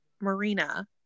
Marina